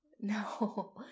No